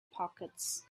pockets